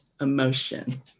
emotion